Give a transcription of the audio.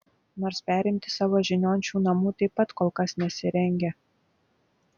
nors perimti savo žinion šių namų taip pat kol kas nesirengia